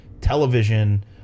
television